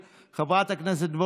חבר הכנסת אזולאי,